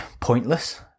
pointless